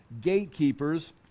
gatekeepers